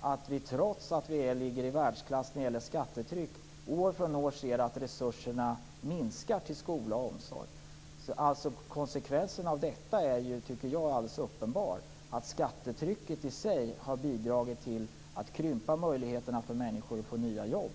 att vi trots att vi ligger i världsklass i skattetryck år från år ser att resurserna minskar till skola och omsorg. Konsekvensen av detta är enligt min mening alldeles uppenbar. Skattetrycket i sig har bidragit till att krympa möjligheterna för människor att få nya jobb.